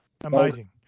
Amazing